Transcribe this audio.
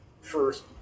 first